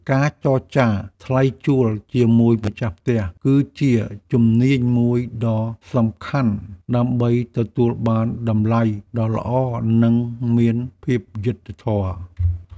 ការចរចាថ្លៃជួលជាមួយម្ចាស់ផ្ទះ គឺជាជំនាញមួយដ៏សំខាន់ដើម្បីទទួលបានតម្លៃដ៏ល្អនិងមានភាពយុត្តិធម៌។